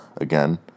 again